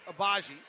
Abaji